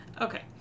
Okay